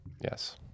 Yes